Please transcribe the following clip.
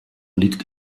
liegt